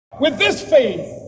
with this faith